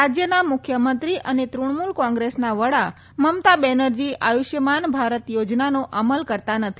રાજ્યના મુખ્યમંત્રી અને ત્રણમૂલ કોંગ્રેસના વડા મમતા બેનરજી આપુષ્યમાન ભારત યોજનાનો અમલ કરતા નથી